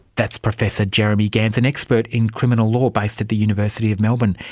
that's professor jeremy gans, an expert in criminal law based at the university of melbourne.